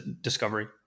discovery